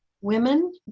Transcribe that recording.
women